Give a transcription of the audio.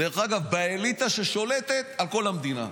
דרך אגב באליטה ששולטת על כל המדינה.